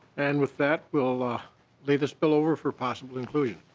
and with that we will ah lay this bill over for possible inclusion.